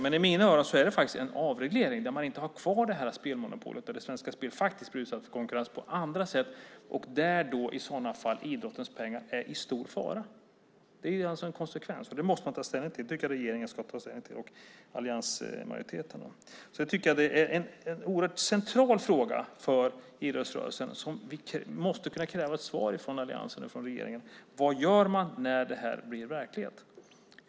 Men i mina öron är det faktiskt en avreglering, där man inte har kvar spelmonopolet, där Svenska Spel faktiskt blir utsatt för konkurrens på andra sätt och där i sådana fall idrottens pengar är i stor fara. Det är en konsekvens, och det måste man ta ställning till. Det tycker jag att regeringen ska ta ställning till och alliansmajoriteten. Jag tycker att det är en oerhört central fråga för idrottsrörelsen där vi måste kunna kräva ett svar från alliansen och regeringen. Vad gör man när det här blir verklighet?